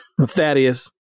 Thaddeus